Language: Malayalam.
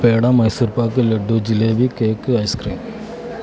peda Mysore pak laddu jalebi cake ice cream